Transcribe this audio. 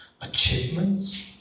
achievements